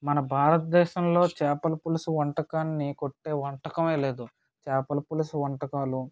మన భారతదేశంలో చేపల పులుసు వంటకాన్ని కొట్టే వంటకమే లేదు చేపల పులుసు వంటకాలు